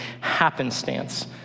happenstance